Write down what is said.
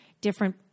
different